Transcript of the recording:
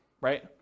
right